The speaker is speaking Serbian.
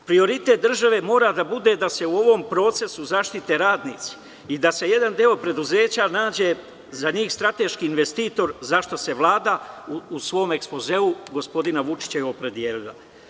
Prioritet države mora da bude da se u ovom procesu zaštite radnici i da se za jedan deo preduzeća nađe strateški investitor, za šta se Vlada u svom ekspozeu gospodina Vučića i opredelila.